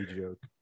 joke